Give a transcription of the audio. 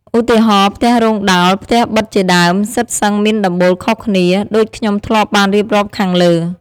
ឧទាហរណ៍ ផ្ទះរោងដោល, ផ្ទះប៉ិតជាដើម សុទ្ធសឹងមានដំបូលខុសគ្នា ដូចខ្ញុំធ្លាប់បានរៀបរាប់ខាងលើ។